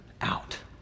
out